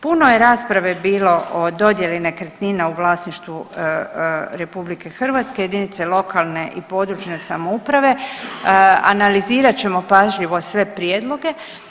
Puno je rasprave bilo od dodjeli nekretnina u vlasništvu RH, jedinice lokalne i područne samouprave, analizirat ćemo pažljivo sve prijedloge.